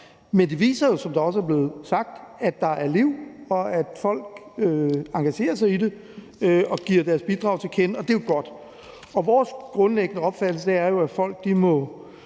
Men det viser, som der også er blevet sagt, at der er liv, og at folk engagerer sig i det og giver deres bidrag til kende, og det er jo godt. Vores grundlæggende opfattelse er, at folk må